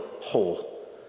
whole